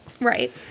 Right